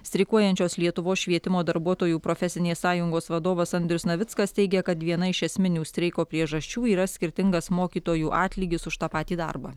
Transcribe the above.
streikuojančios lietuvos švietimo darbuotojų profesinės sąjungos vadovas andrius navickas teigia kad viena iš esminių streiko priežasčių yra skirtingas mokytojų atlygis už tą patį darbą